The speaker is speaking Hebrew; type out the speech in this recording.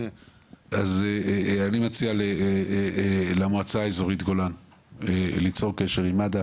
אז אני מציע למועצה אזורית גולן ליצור קשר עם מד"א